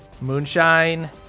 Moonshine